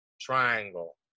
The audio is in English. Triangle